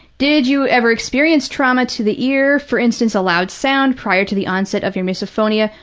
did you ever experience trauma to the ear, for instance, a loud sound, prior to the onset of your misophonia?